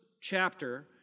chapter